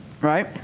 Right